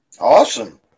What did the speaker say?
Awesome